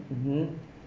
mmhmm